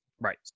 Right